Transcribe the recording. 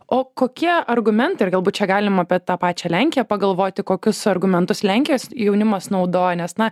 o kokie argumentai ar galbūt čia galima apie tą pačią lenkiją pagalvoti kokius argumentus lenkijos jaunimas naudoja nes na